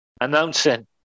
announcing